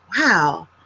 wow